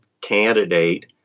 candidate